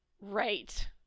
Right